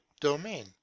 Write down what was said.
domain